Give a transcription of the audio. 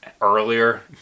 earlier